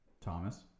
Thomas